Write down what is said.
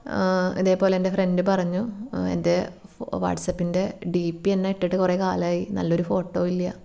ഇതേപോലെ എൻ്റെ ഫ്രണ്ട് പറഞ്ഞു എൻ്റെ വാട്സാപ്പിൻ്റെ ഡി പിയന്നെ ഇട്ടിട്ട് കുറെ കാലമായി നല്ലൊരു ഫോട്ടോയില്ല